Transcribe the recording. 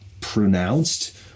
pronounced